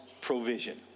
provision